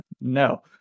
No